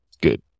good